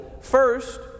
first